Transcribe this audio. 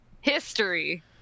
History